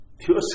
Pure